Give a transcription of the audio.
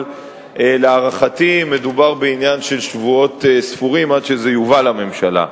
אבל להערכתי מדובר בעניין של שבועות ספורים עד שזה יובא לממשלה.